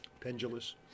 Pendulous